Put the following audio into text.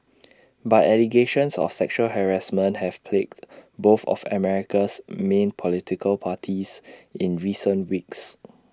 but allegations of sexual harassment have plagued both of America's main political parties in recent weeks